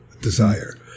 desire